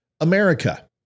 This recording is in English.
America